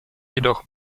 jedoch